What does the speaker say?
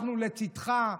אנחנו לצידך.